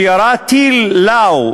שירה טיל "לאו",